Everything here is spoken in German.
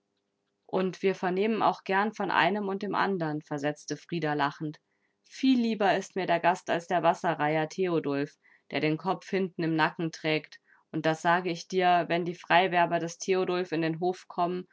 und wir vernehmen auch gern von einem und dem anderen versetzte frida lachend viel lieber ist mir der gast als der wasserreiher theodulf der den kopf hinten im nacken trägt und das sage ich dir wenn die freiwerber des theodulf in den hof kommen